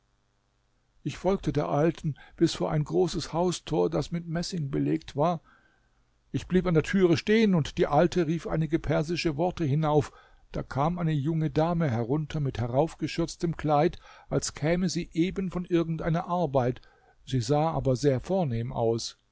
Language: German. ich folgte der alten bis vor ein großes haustor das mit messing belegt war ich blieb an der tür stehen und die alte rief einige persische worte hinauf da kam eine junge dame herunter mit heraufgeschürztem kleid als käme sie eben von irgend einer arbeit sie sah aber sehr vornehm aus